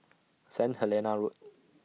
Saint Helena Road